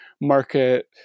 market